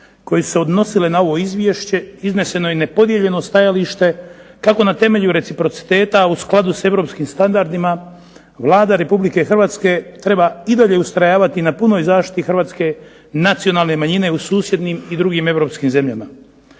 koje su se odnosile na ovo izvješće, izneseno je nepodijeljeno stajalište kako na temelju reciprociteta, a u skladu s europskim standardima Vlada Republike Hrvatske treba i dalje ustrajati na punoj zaštiti Hrvatske nacionalne manjine u susjednim i drugim europskim zemljama.